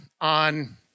on